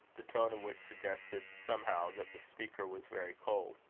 the tone of which suggested, somehow, that the speaker was very cold.